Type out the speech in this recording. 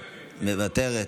מוותר.